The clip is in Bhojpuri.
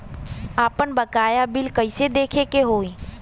आपन बकाया बिल कइसे देखे के हौ?